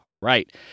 Right